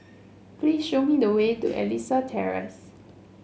please show me the way to Elias Terrace